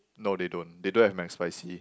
no they don't they don't have McSpicy